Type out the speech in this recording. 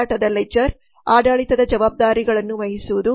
ಮಾರಾಟದ ಲೆಡ್ಜರ್ ಆಡಳಿತದ ಜವಾಬ್ದಾರಿಗಳನ್ನು ವಹಿಸುವುದು